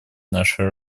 нашей